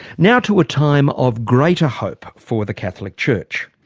now to a time of greater hope for the catholic church.